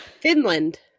Finland